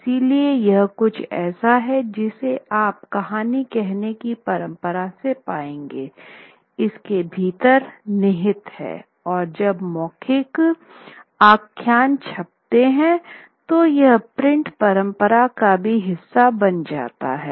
इसलिए यह कुछ ऐसा है जिसे आप कहानी कहने की परंपरा में पाएंगे इसके भीतर निहित है और जब मौखिक आख्यान छपते हैं तो वह प्रिंट परंपरा का भी हिस्सा बन जाता है